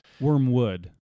Wormwood